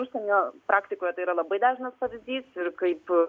užsienio praktikoje tai yra labai dažnas pavyzdys kaip